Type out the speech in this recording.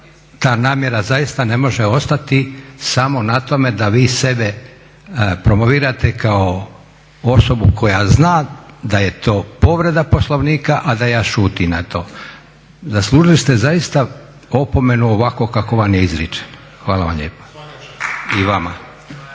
ta namjera zaista ne može ostati samo na tome da vi sebe promovirate kao osobu koja zna da je to povreda Poslovnika a da ja šutim na to. Zaslužili ste zaista opomenu ovako kako vam je izričem. Hvala vam lijepa.